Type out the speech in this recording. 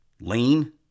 Lean